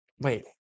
wait